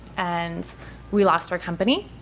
and we lost our company,